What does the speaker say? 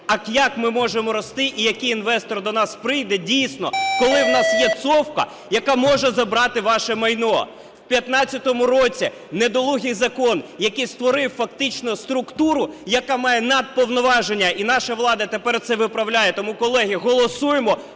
А як ми можемо рости і який інвестор до нас прийде дійсно, коли в нас є "цовка", яка може забрати ваше майно? В 2015 році недолугий закон, який створив фактично структуру, яка має надповноваження, і наша влада тепер це виправляє. Тому, колеги, голосуємо,